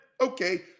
Okay